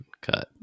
cut